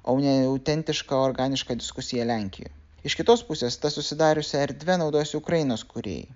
o ne autentiška organiška diskusija lenkijoj iš kitos pusės ta susidariusia erdve naudojasi ukrainos kūrėjai